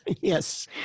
Yes